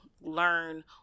learn